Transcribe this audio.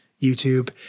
YouTube